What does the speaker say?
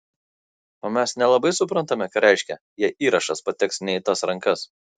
o mes nelabai suprantame ką reiškia jei įrašas pateks ne į tas rankas